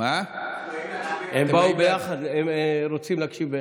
הם באו ביחד, הם רוצים להקשיב ביחד.